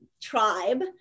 tribe